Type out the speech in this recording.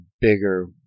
bigger